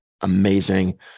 amazing